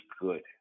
good